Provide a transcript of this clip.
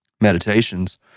meditations